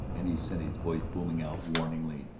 and he sent his voice booming out warningly,